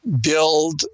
build